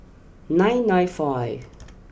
nine nine five